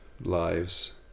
lives